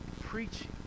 preaching